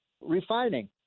refining